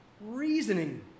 reasoning